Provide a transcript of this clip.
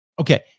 Okay